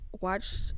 watched